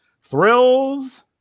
Thrills